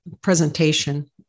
presentation